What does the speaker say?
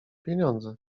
pieniądze